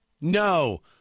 No